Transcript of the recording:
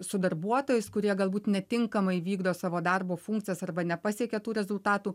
su darbuotojais kurie galbūt netinkamai vykdo savo darbo funkcijas arba nepasiekia tų rezultatų